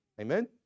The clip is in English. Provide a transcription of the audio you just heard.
Amen